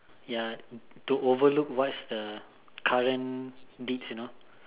ya to overlook what's the current deeds you know